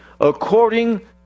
According